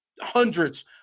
Hundreds